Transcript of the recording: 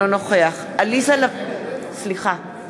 נגד עליזה לביא,